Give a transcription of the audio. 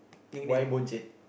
why boncet